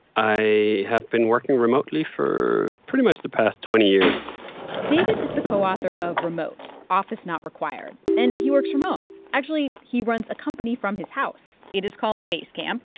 i have been working remotely for pretty much the past twenty years david is the co-author of remote office not required, and he works from home. actually, he runs a company from his house. it is called basecamp,